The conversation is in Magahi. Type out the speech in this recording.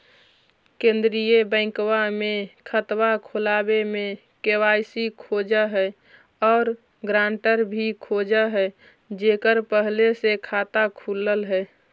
केंद्रीय बैंकवा मे खतवा खोलावे मे के.वाई.सी खोज है और ग्रांटर भी खोज है जेकर पहले से खाता खुलल है?